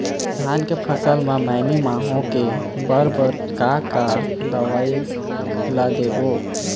धान के फसल म मैनी माहो के बर बर का का दवई ला देबो?